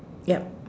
yup